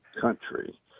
country